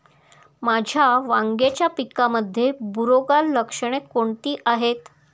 माझ्या वांग्याच्या पिकामध्ये बुरोगाल लक्षणे कोणती आहेत?